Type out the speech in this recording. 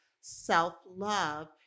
self-love